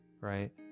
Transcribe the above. right